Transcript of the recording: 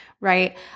right